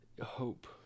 hope